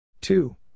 two